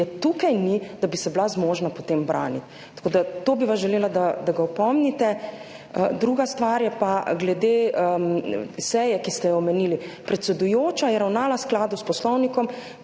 tukaj ni, da bi se bila zmožna potem braniti. To bi od vas želela, da ga opomnite. Druga stvar je pa glede seje, ki ste jo omenili. Predsedujoča je ravnala v skladu s poslovnikom,